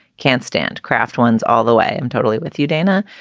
can't stand craft ones all the way. i'm totally with you, dana.